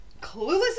clueless